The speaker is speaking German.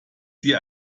sie